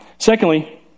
Secondly